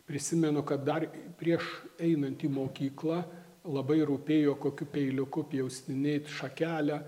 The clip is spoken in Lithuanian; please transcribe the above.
prisimenu kad dar prieš einant į mokyklą labai rūpėjo kokiu peiliuku pjaustinėt šakelę